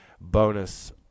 bonus